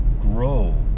grow